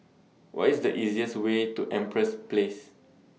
What IS The easiest Way to Empress Place